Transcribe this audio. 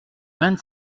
vingt